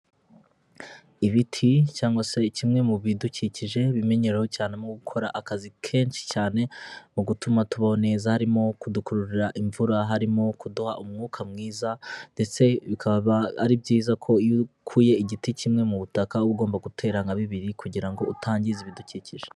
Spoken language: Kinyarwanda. Ibiti cyangwa se kimwe mu bidukikije bimenyereweho cyane mu gukora akazi kenshi cyane mu gutuma tubona neza, harimo kudukururira imvura, harimo kuduha umwuka mwiza, ndetse bikaba ari byiza ko iyo ukuye igiti kimwe mu butaka uba ugomba gutera nka bibiri, kugirango ngo utangiza ibidukikije.